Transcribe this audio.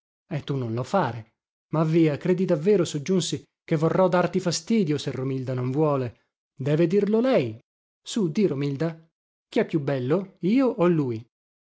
e tu non lo fare ma via credi davvero soggiunsi che vorrò darti fastidio se romilda non vuole deve dirlo lei sù di romilda chi è più bello io o lui